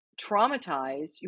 traumatized